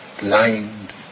blind